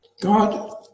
God